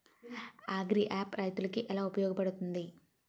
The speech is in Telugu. అగ్రియాప్ రైతులకి ఏలా ఉపయోగ పడుతుంది?